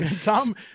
Tom